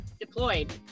deployed